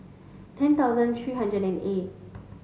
ten thousand three hundred and eight